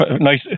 nice